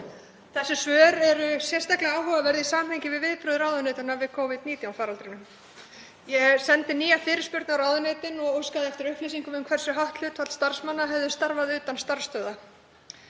Þessi svör eru sérstaklega áhugaverð í samhengi við viðbrögð ráðuneytanna við Covid-19 faraldrinum. Ég sendi nýja fyrirspurn á ráðuneytin og óskaði eftir upplýsingum um hversu hátt hlutfall starfsmanna hefði starfað utan starfsstöðva.